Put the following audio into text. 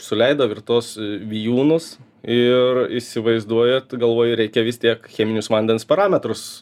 suleidov ir tuos vijūnus ir įsivaizduojat galvoju reikia vis tiek cheminius vandens parametrus